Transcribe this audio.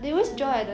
ya